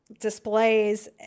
displays